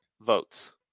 votes